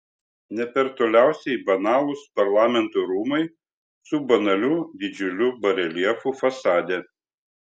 ne per toliausiai banalūs parlamento rūmai su banaliu didžiuliu bareljefu fasade